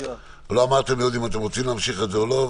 לא אמרתם אם אתם רוצים להמשיך את זה או לא.